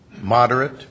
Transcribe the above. moderate